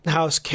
House